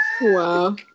Wow